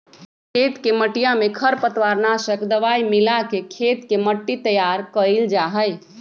खेत के मटिया में खरपतवार नाशक दवाई मिलाके खेत के मट्टी तैयार कइल जाहई